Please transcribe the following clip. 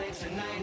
tonight